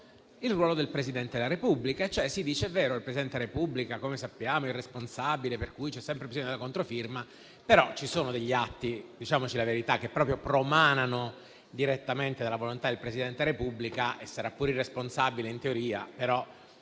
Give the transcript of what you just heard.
il ruolo del Presidente della Repubblica. Si dice che il Presidente della Repubblica - come sappiamo - è irresponsabile, per cui c'è sempre bisogno della controfirma. Però ci sono degli atti - diciamoci la verità - che promanano direttamente dalla volontà del Presidente della Repubblica, che sarà pure irresponsabile in teoria, però